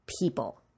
people